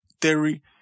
theory